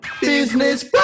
Business